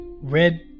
red